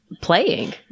playing